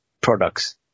products